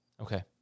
Okay